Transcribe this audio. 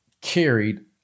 carried